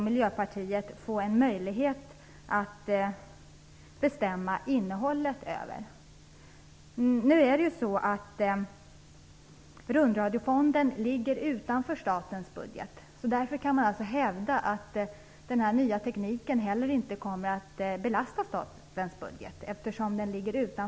Miljöpartiet skulle få möjlighet att bestämma över innehållet i användningen av dessa pengar. Rundradiofonden ligger ju utanför statens budget, och man kan därför hävda att den nya tekniken inte kommer att belasta statens budget.